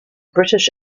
british